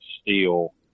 steel